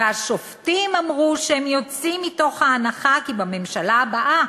והשופטים אמרו שהם יוצאים מההנחה כי בממשלה הבאה